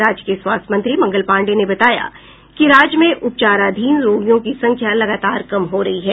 राज्य के स्वास्थ्य मंत्री मंगल पांडेय ने बताया राज्य में उपचाराधीन रोगियों की संख्या लगातार कम हो रही है